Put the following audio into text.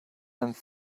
and